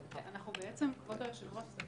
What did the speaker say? כבוד היושב-ראש, אם